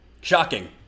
Shocking